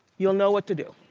you'll know what to do.